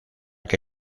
que